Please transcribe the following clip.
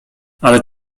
ale